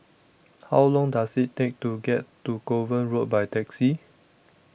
How Long Does IT Take to get to Kovan Road By Taxi